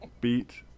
beat